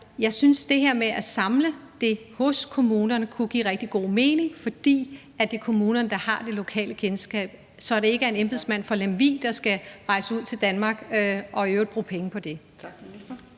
jeg synes, det her med at samle det hos kommunerne kunne give rigtig god mening, fordi det er kommunen, der har det lokale kendskab, så det ikke er en embedsmand fra Lemvig, der skal rejse ud i Danmark og i øvrigt bruge penge på det.